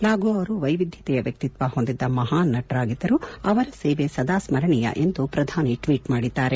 ಲಾಗೂ ಅವರು ವೈವಿಧ್ಯತೆಯ ವ್ಯಕ್ತಿತ್ವ ಹೊಂದಿದ್ದ ಮಹಾನ್ ನಟರಾಗಿದ್ದರು ಅವರ ಸೇವೆ ಸದಾ ಸ್ಟರಣೀಯವಾಗಿರುತ್ತದೆ ಎಂದು ಪ್ರಧಾನಿ ಟ್ವೀಟ್ ಮಾಡಿದ್ದಾರೆ